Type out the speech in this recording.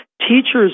Teachers